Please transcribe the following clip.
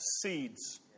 seeds